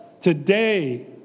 today